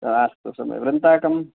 हा अस्तु सम्यग् वृन्ताकं